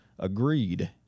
Agreed